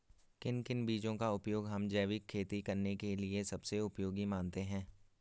किन किन बीजों का उपयोग हम जैविक खेती करने के लिए सबसे उपयोगी मानते हैं?